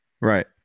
Right